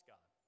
God